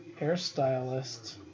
hairstylist